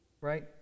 right